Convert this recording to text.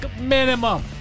Minimum